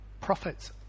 Profits